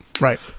Right